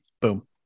Boom